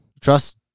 Trust